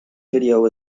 video